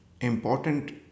important